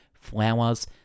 flowers